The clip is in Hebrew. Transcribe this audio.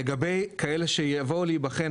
לגבי כאלה שיבואו להיבחן,